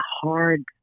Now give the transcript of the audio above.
hard